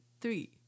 three